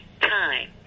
time